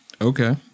Okay